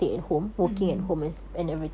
mm mm